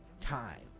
Time